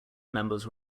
members